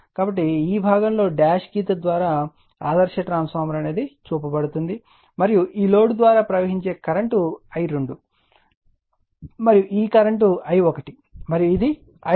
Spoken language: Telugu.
కాబట్టి ఈ భాగంలో డాష్ గీత ద్వారా ఆదర్శ ట్రాన్స్ఫార్మర్ చూపబడుతుంది మరియు ఈ లోడ్ ద్వారా ప్రవహించే కరెంట్ I2 మరియు ఈ కరెంట్ I1 మరియు ఇది I2